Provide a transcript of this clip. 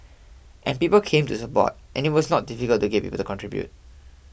and people came to support and it was not difficult to get people to contribute